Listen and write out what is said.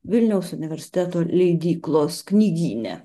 vilniaus universiteto leidyklos knygyne